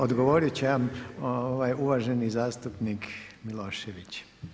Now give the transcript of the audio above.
Odgovorit će vam uvaženi zastupnik Milošević.